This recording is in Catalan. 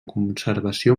conservació